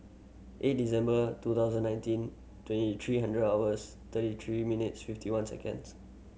eight December two thousand nineteen twenty three hundred hours thirty three minutes fifty one seconds